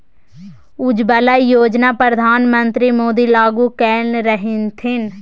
उज्जवला योजना परधान मन्त्री मोदी लागू कएने रहथिन